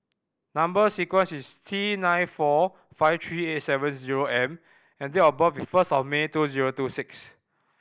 number sequence is T nine four five three eight seven zero M and date of birth is first of May two zero two six